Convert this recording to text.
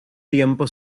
tiempo